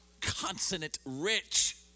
consonant-rich